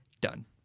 done